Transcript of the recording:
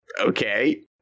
Okay